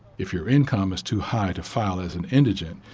if your income is too high to file as an indigent,